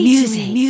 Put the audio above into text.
Music